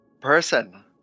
person